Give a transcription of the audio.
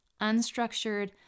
unstructured